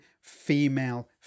Female